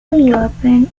urban